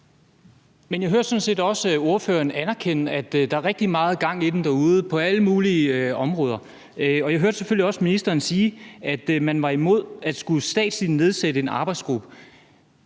set også ordføreren anerkende, at der er rigtig meget gang i den derude på alle mulige områder. Og jeg hørte selvfølgelig også ministeren sige, at man var imod at skulle statsligt nedsætte en arbejdsgruppe.